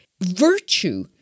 virtue